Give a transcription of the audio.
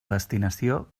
destinació